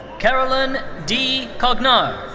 caroline d. cognard.